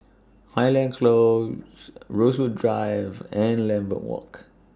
Highland Close Rosewood Drive and Lambeth Walk